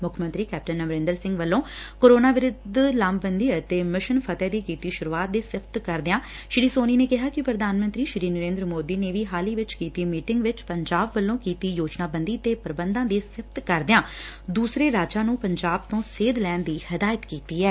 ਮੁੱਖ ਮੰਤਰੀ ਪੰਜਾਬ ਕੈਪਟਨ ਅਮਰਿੰਦਰ ਸਿੰਘ ਵੱਲੋਂ ਕੋਰੋਨਾ ਵਿਰੁੱਧ ਲਾਮਬੰਦੀ ਅਤੇ ਮਿਸ਼ਨ ਫ਼ਤਿਹ ਦੀ ਕੀਤੀ ਸ਼ੁਰੂਆਤ ਦੀ ਸਿਫਤ ਕਰਦੇ ਹੋਏ ਸ੍ਰੀ ਸੋਨੀ ਨੇ ਕਿਹਾ ਕਿ ਪ੍ਰਧਾਨ ਮੰਤਰੀ ਸ੍ਰੀ ਨਰਿੰਦਰ ਮੋਦੀ ਨੇ ਵੀ ਹਾਲ ਹੀ ਵਿਚ ਕੀਤੀ ਮੀਟਿੰਗ ਵਿਚ ਪੰਜਾਬ ਵੱਲੋਂ ਕੀਤੀ ਯੋਜਨਾਬੰਦੀ ਤੇ ਪ੍ਰਬੰਧਾਂ ਦੀ ਸਿਫਤ ਕਰਦਿਆਂ ਦੂਸਰੇ ਰਾਜਾਂ ਨੂੰ ਪੰਜਾਬ ਤੋਂ ਸੇਧ ਲੈਣ ਦੀ ਹਦਾਇਤ ਕੀਡੀ ਐ